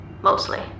Mostly